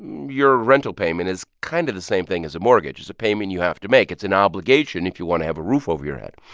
your rental payment is kind of the same thing as a mortgage. it's a payment you have to make. it's an obligation if you want to have a roof over your head.